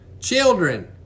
Children